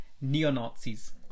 Neo-Nazis